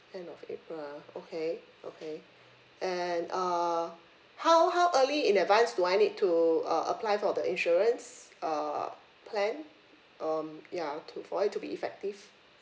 end of april ah okay okay and uh how how early in advance do I need to uh apply for the insurance uh plan um ya to for it to be effective